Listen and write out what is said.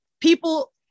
People